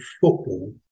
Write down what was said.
football